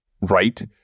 right